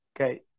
Okay